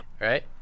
right